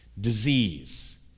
Disease